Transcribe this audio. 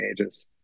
ages